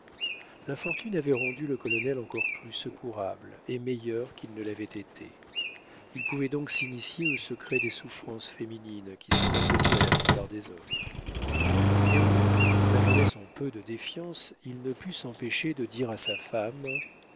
l'infortune avait rendu le colonel encore plus secourable et meilleur qu'il ne l'avait été il pouvait donc s'initier au secret des souffrances féminines qui sont inconnues à la plupart des hommes néanmoins malgré son peu de défiance il ne put s'empêcher de dire à sa femme